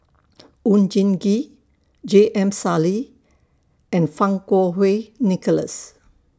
Oon Jin Gee J M Sali and Fang Kuo Wei Nicholas